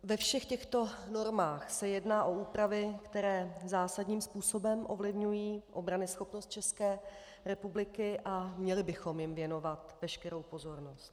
Ve všech těchto normách se jedná o úpravy, které zásadním způsobem ovlivňují obranyschopnost České republiky, a měli bychom jim věnovat veškerou pozornost.